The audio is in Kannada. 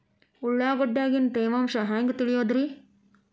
ಉಳ್ಳಾಗಡ್ಯಾಗಿನ ತೇವಾಂಶ ಹ್ಯಾಂಗ್ ತಿಳಿಯೋದ್ರೇ?